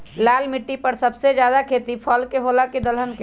लाल मिट्टी पर सबसे ज्यादा खेती फल के होला की दलहन के?